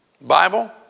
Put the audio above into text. Bible